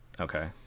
Okay